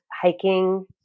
Hiking